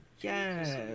Yes